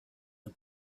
the